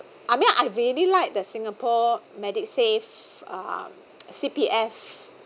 I mean I really like the singapore medisave uh C_P_F